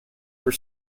were